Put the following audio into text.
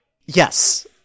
Yes